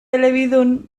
elebidun